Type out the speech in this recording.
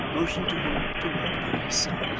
motioned to him to walk by his side